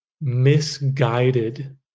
misguided